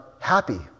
happy